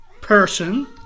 person